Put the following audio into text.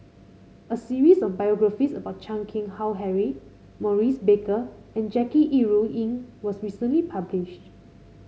a series of biographies about Chan Keng Howe Harry Maurice Baker and Jackie Yi Ru Ying was recently published